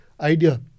idea